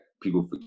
people